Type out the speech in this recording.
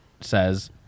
says